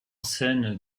scène